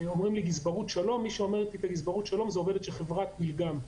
אומרים לי: "גזברות שלום" מי שעונה לי היא עובדת של חברת מילגם.